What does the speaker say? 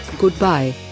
Goodbye